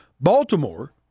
Baltimore